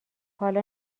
حالا